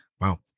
Wow